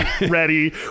ready